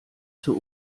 zur